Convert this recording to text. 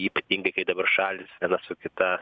ypatingai kai dabar šalys viena su kita